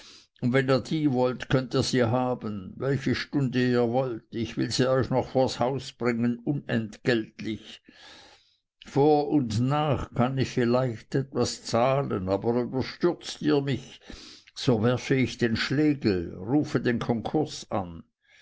und wenn ihr die wollt könnt ihr sie haben welche stunde ihr wollt ich will sie euch noch vors haus bringen unentgeltlich vor und nach kann ich vielleicht was zahlen aber überstürzt ihr mich werfe ich den schlegel rufe den konkurs an